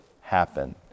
happen